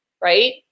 right